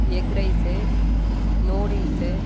egg rice noodles